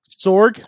Sorg